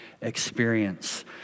experience